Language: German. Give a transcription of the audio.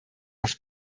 auf